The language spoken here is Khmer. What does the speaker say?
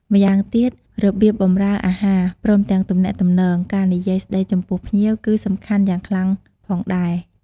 ម្យ៉ាងទៀត របៀបបម្រើអាហារ ព្រមទាំងទំនាក់ទំនង ការនិយាយស្ដីចំពោះភ្ញៀវ ក៏សំខាន់យ៉ាងខ្លាំងផងដែរ